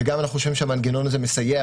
וגם אנחנו חושבים שהמנגנון הזה מסייע,